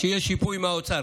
כשיהיה שיפוי מהאוצר.